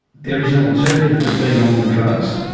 there is an alternative to being on the drugs,